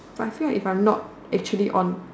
but I feel like if I'm not actually on